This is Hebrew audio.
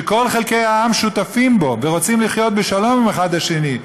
שכל חלקי העם שותפים בה ורוצים לחיות בשלום אחד עם השני,